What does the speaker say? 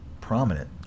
prominent